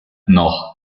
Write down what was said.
noch